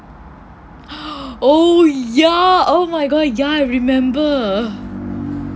oh ya oh my god ya I remember